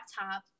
laptop